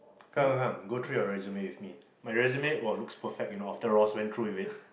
come come come go through your resume with me my resume !woah! looks perfect you know after Ross went through with it